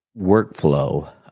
workflow